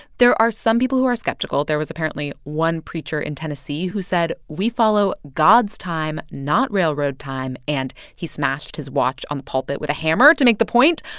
there are some people who are skeptical. there was apparently one preacher in tennessee who said, we follow god's time, not railroad time, and he smashed his watch on the pulpit with a hammer to make the point.